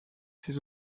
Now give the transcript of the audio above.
ses